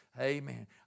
Amen